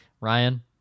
Ryan